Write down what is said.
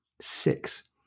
Six